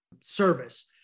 service